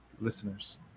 listeners